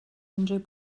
unrhyw